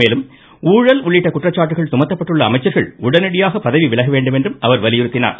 மேலும் ஊழல் உள்ளிட்ட குற்றச்சாட்டுகள் சுமத்தப்பட்டுள்ள அமைச்சர்கள் உடனடியாக பதவி விலகவேண்டும் என்று அவர் வலியுறுத்தினார்